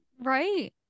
Right